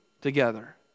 together